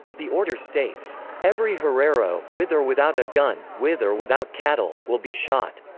the order states every herero, with or without a gun, with or without cattle, will be shot.